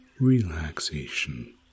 relaxation